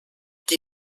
qui